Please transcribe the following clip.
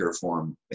form